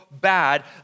bad